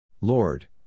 Lord